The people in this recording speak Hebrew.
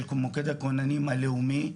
של מוקד הכוננים הלאומי,